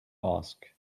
ask